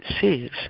sees